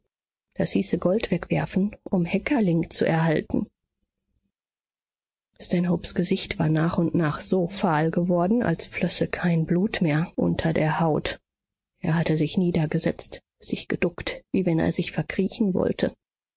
das hieße gold wegwerfen um häckerling zu erhalten stanhopes gesicht war nach und nach so fahl geworden als flösse kein blut mehr unter der haut er hatte sich niedergesetzt sich geduckt wie wenn er sich verkriechen wollte